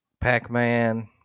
Pac-Man